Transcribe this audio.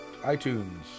iTunes